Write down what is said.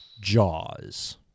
Jaws